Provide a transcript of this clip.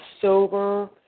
sober